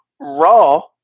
Raw